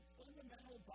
fundamental